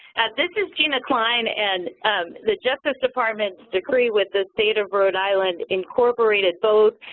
this is gina kline, and the justice department's decree with the state of rhode island incorporated both